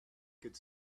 could